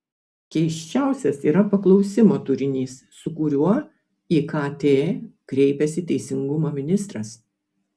keisčiausias yra paklausimo turinys su kuriuo į kt kreipiasi teisingumo ministras